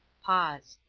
pause.